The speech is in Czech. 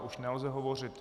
Už nelze hovořit.